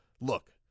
look